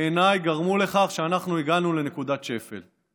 גרמו בעיניי לכך שאנחנו הגענו לנקודת שפל.